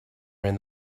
ran